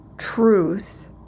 Truth